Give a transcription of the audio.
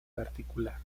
particular